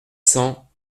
cent